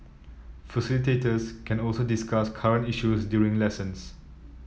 facilitators can also discuss current issues during lessons